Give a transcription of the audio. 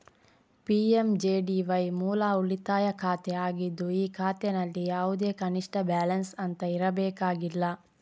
PMJDY ಮೂಲ ಉಳಿತಾಯ ಖಾತೆ ಆಗಿದ್ದು ಈ ಖಾತೆನಲ್ಲಿ ಯಾವುದೇ ಕನಿಷ್ಠ ಬ್ಯಾಲೆನ್ಸ್ ಅಂತ ಇರಬೇಕಾಗಿಲ್ಲ